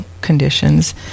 conditions